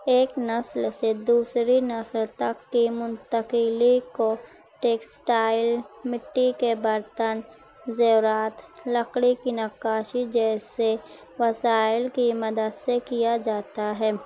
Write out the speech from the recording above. ایک نسل سے دوسری نسل تک کی منتقلی کو ٹیکسٹائل مٹی کے برتن زیورات لکڑی کی نقاشی جیسے وسائل کی مدد سے کیا جاتا ہے